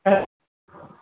hello